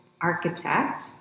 architect